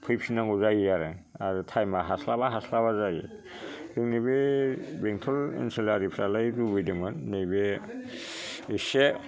फैफिननांगौ जायो आरो आरो थाइम आ हास्लाबा हास्लाबा जायो जोंनि बे बेंटल ओनसोलारिफ्रालाय लुबैदोंमोन नैबे एसे